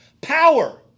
power